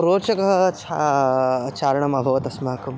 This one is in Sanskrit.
रोचकः छा चारणम् अभवत् अस्माकम्